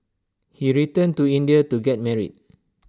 he returned to India to get married